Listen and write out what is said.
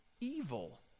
evil